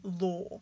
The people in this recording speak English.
law